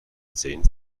zehn